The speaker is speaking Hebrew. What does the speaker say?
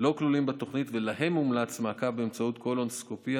הלאומית לגילוי סרטן המעי הגס והחלחולת,